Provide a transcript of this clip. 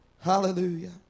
Hallelujah